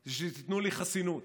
זה שתיתנו לי חסינות,